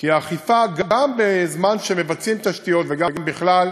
כי האכיפה, גם בזמן שמבצעים תשתיות וגם בכלל,